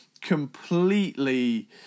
completely